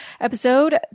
episode